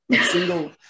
Single